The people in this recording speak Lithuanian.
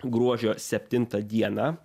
gruodžio septintą dieną